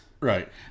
Right